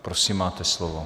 Prosím, máte slovo.